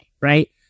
right